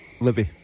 Libby